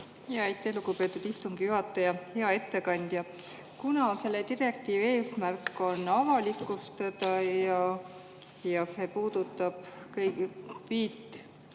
lugupeetud istungi juhataja! Hea ettekandja! Kuna selle direktiivi eesmärk on avalikustada ja see puudutab viit